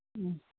ꯎꯝ